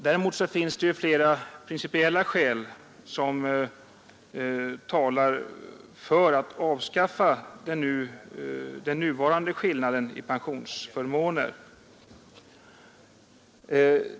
Däremot finns det flera principiella skäl som talar för att avskaffa den nuvarande skillnaden i pensionsförmåner.